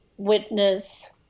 Witness